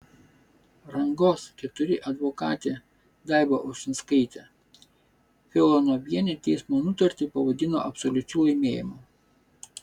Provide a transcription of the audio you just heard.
rangos iv advokatė daiva ušinskaitė filonovienė teismo nutartį pavadino absoliučiu laimėjimu